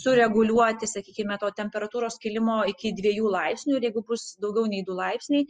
sureguliuoti sakykime to temperatūros kilimo iki dviejų laipsnių ir jeigu bus daugiau nei du laipsniai